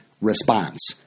response